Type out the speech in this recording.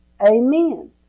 Amen